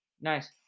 Nice